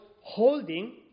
holding